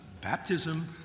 baptism